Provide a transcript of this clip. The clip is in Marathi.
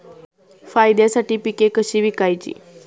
फायद्यासाठी पिके कशी विकायची?